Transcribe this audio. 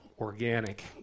organic